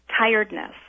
tiredness